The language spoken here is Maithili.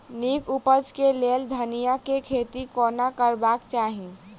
नीक उपज केँ लेल धनिया केँ खेती कोना करबाक चाहि?